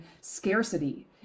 scarcity